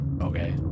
okay